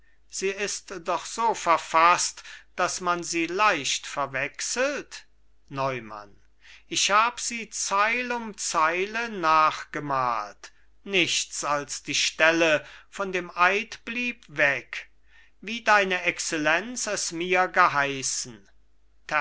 sie ist doch so verfaßt daß man sie leicht verwechselt neumann ich hab sie zeil um zeile nachgemalt nichts als die stelle von dem eid blieb weg wie deine exzellenz es mir geheißen